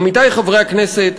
עמיתי חברי הכנסת,